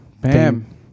Bam